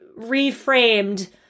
reframed